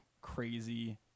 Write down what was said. crazy